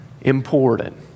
important